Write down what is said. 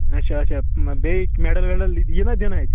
اچھا اچھا بیٚیہِ میڈَل وٮ۪ڈَل یہِ نا دِنہٕ اَتہِ